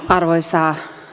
arvoisa